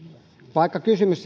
vaikka kysymys